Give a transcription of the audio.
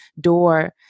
door